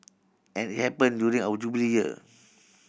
and it happen during our Jubilee Year